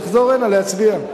תחזור הנה להצביע.